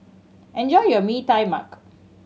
enjoy your Mee Tai Mak